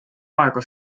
aega